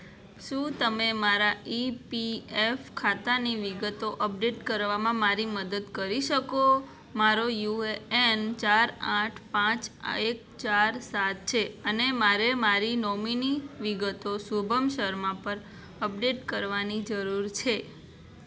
શું તમે મારા ઈપીએફ ખાતાની વિગતો અપડેટ કરવામાં મારી મદદ કરી શકો મારો યુએન ચાર આઠ પાંચ એક ચાર સાત છે અને મારે મારી નોમિની વિગતો શુભમ શર્મા પર અપડેટ કરવાની જરૂર છે